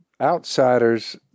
outsiders